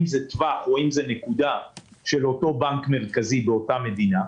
אם זה טווח או אם זה נקודה של אותו בנק מרכזי באותה מדינה.